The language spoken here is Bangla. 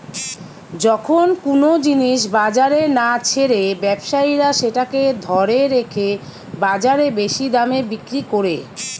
যখন কুনো জিনিস বাজারে না ছেড়ে ব্যবসায়ীরা সেটাকে ধরে রেখে বাজারে বেশি দামে বিক্রি কোরে